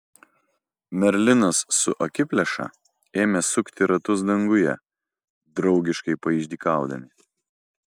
merlinas su akiplėša ėmė sukti ratus danguje draugiškai paišdykaudami